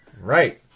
Right